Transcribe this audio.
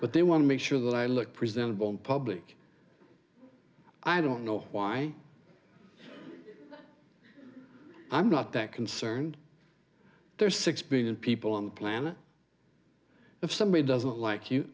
but they want to make sure that i look presentable in public i don't know why i'm not that concerned there's six billion people on the planet if somebody doesn't like you